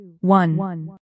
one